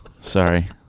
Sorry